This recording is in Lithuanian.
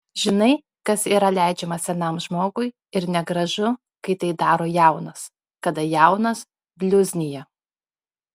žinai kas yra leidžiama senam žmogui ir negražu kai tai daro jaunas kada jaunas bliuznija